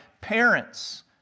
parents